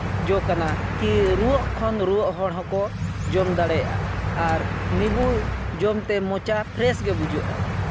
ᱡᱚ ᱠᱟᱱᱟ ᱠᱤ ᱨᱩᱣᱟᱹᱦᱜ ᱠᱷᱚᱱ ᱨᱩᱣᱟᱹᱜ ᱦᱚᱲ ᱦᱚᱸᱠᱚ ᱡᱚᱢ ᱫᱟᱲᱮᱭᱟᱜᱼᱟ ᱟᱨ ᱱᱤᱵᱩ ᱡᱚᱢᱛᱮ ᱢᱚᱪᱟ ᱯᱷᱨᱮᱥ ᱜᱮ ᱵᱩᱡᱷᱟᱹᱜᱼᱟ